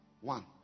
One